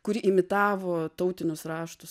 kuri imitavo tautinius raštus